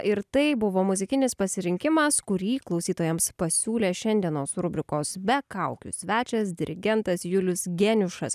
ir tai buvo muzikinis pasirinkimas kurį klausytojams pasiūlė šiandienos rubrikos be kaukių svečias dirigentas julius geniušas